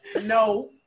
no